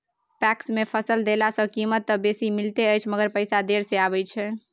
PACS मे फसल देला सॅ कीमत त बेसी मिलैत अछि मगर पैसा देर से आबय छै